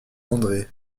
andré